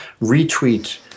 retweet